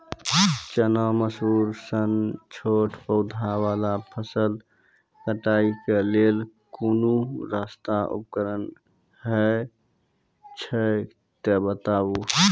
चना, मसूर सन छोट पौधा वाला फसल कटाई के लेल कूनू सस्ता उपकरण हे छै तऽ बताऊ?